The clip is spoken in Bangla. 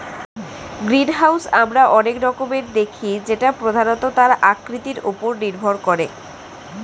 গ্রিনহাউস আমরা অনেক রকমের দেখি যেটা প্রধানত তার আকৃতির ওপর নির্ভর করে